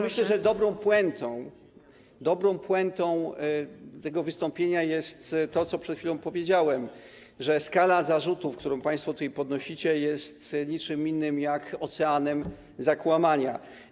Myślę, że dobrą puentą tego wystąpienia jest to, co przed chwilą powiedziałem, że skala zarzutów, które państwo tutaj podnosicie, jest niczym innym jak oceanem zakłamania.